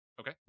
Okay